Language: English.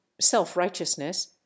self-righteousness